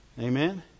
Amen